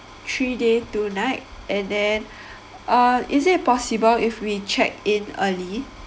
three day two night and then uh is it possible if we check-in early